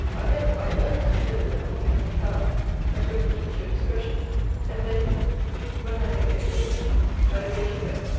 i hope, i earnestly hope, that nothing can be found that will impeach your discretion and then but i may say too much and away she went,